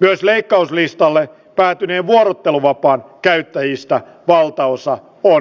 myös leikkauslistalle päättyneen vuorotteluvapaan käyttäjistä valtaosa on